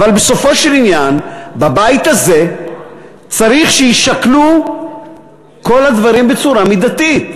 אבל בסופו של עניין בבית הזה צריך שיישקלו כל הדברים בצורה מידתית.